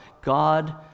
God